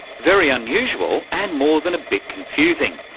very unusual and more than a bit confusing.